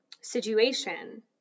situation